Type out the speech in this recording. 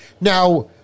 now